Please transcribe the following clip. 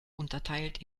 unterteilt